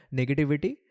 negativity